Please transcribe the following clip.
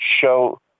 show